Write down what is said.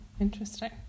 interesting